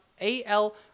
AL